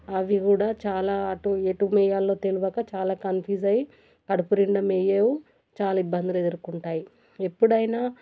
అవి కూడా చాలా అటు ఎటు మెయ్యాల్లో తెలియక చాలా కన్ఫ్యూజ్ అయ్యి కడుపు నిండా మెయ్యవు చాలా ఇబ్బందులు ఎదుర్కుంటాయి ఎప్పుడైనా